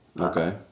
Okay